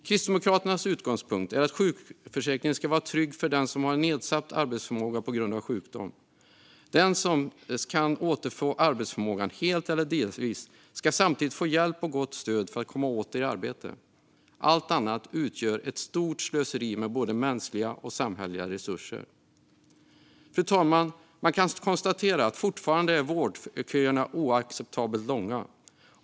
Kristdemokraternas utgångspunkt är att sjukförsäkringen ska vara trygg för den som har en nedsatt arbetsförmåga på grund av sjukdom. Den som kan återfå arbetsförmågan helt eller delvis ska samtidigt få hjälp och gott stöd för att komma åter i arbete. Allt annat utgör ett stort slöseri med både mänskliga och samhälleliga resurser. Fru talman! Man kan konstatera att vårdköerna fortfarande är oacceptabelt långa.